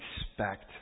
expect